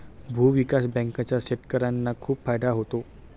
भूविकास बँकांचा शेतकर्यांना खूप फायदा होतो